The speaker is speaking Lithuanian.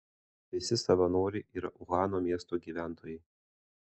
visi savanoriai yra uhano miesto gyventojai